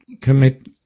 commit